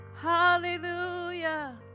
hallelujah